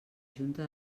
junta